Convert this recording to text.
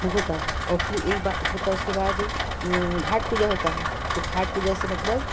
वो होता और फिर एक बार होता उसके बाद घाट पूजा होता है तो घाट पूजा से मतलब